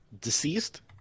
deceased